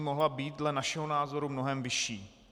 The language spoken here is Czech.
Mohla být dle našeho názoru mnohem vyšší.